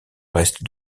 reste